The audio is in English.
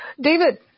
David